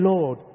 Lord